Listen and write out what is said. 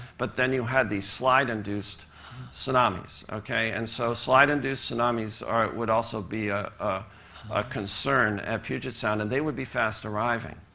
but then you had these slide-induced tsunamis, okay? and so slide-induced tsunamis would also be a ah ah concern at puget sound. and they would be fast-arriving,